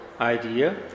idea